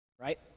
right